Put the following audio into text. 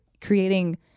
creating